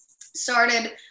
started